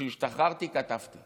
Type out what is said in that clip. כשהשתחררתי כתבתי